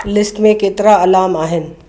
list में केतिरा alarm आहिनि